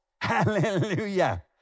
Hallelujah